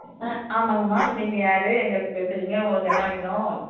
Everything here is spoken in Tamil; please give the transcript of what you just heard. ஆ ஆமாங்கம்மா நீங்கள் யார் எங்கேருந்து பேசுறீங்க உங்களுக்கு என்ன வேணும்